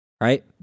right